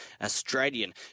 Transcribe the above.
Australian